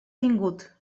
tingut